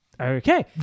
Okay